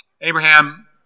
Abraham